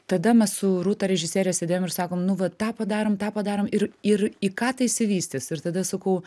tada mes su rūta režisiere sėdėjom ir sakom nu va tą padarom tą padarom ir ir į ką tai išsivystys ir tada sakau